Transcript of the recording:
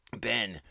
Ben